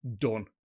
done